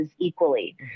equally